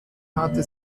hatte